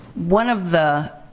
one of the.